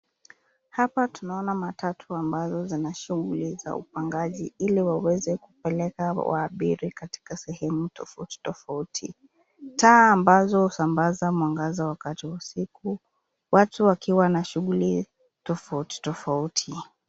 Hapa tunaona matatu ambazo zina shughuli za upangaji ili waweze kupeleka waabiri katika sehemu tofauti tofauti. Taa ambazo husambaza mwangaza wakati wa usiku watu wakiwa na shughuli tofauti tofauti.